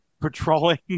patrolling